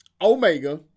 Omega